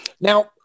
Now